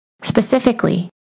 Specifically